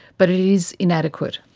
but it is inadequate.